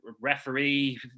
referee